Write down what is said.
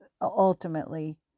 ultimately